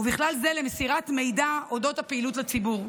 ובכלל זה מסירת מידע אודות הפעילות לציבור.